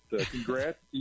congrats